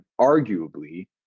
arguably